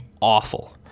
awful